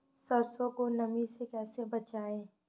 सरसो को नमी से कैसे बचाएं?